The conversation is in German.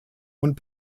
und